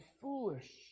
foolish